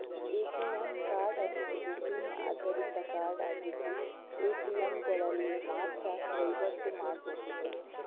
ATM card ಅನ್ನುದು PIN ಆಧಾರಿತ card ಆಗಿದ್ದು ಎ.ಟಿ.ಎಂಗಳಲ್ಲಿ ಮಾತ್ರ ವೈವಾಟು ಮಾಡ್ಬಹುದು